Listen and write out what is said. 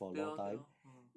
对 lor 对 lor mm